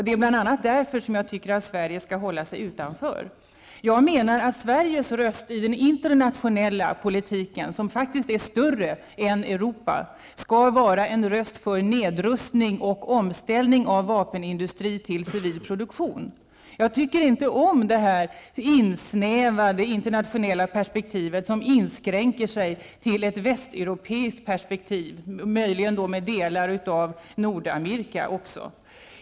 Det är bl.a. därför som jag tycker att Sverige skall hålla sig utanför. Jag menar att Sveriges röst i den internationella politiken, och den senare är faktiskt större än Europa, skall vara en röst för nedrustning och omställning av vapenindustrin till civil produktion. Jag tycker inte om det insnävade internationella perspektiv som inskränker sig till att vara ett västeuropeiskt perspektiv -- möjligen omfattande delar av Nordamerika också.